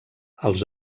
els